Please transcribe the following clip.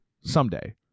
Someday